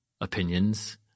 opinions